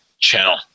channel